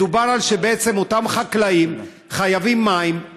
מדובר על שבעצם אותם חקלאים חייבים מים,